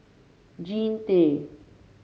Jean Tay